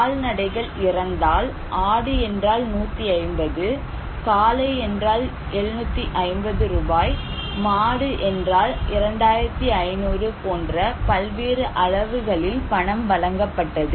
கால்நடைகள் இறந்தால் ஆடு என்றால் 150 காளை என்றால் 750 ரூபாய் மாட்டு என்றால் 2500 போன்ற பல்வேறு அளவுகளில் பணம் வழங்கப்பட்டது